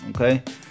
okay